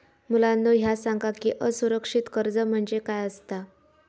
मुलांनो ह्या सांगा की असुरक्षित कर्ज म्हणजे काय आसता?